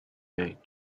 and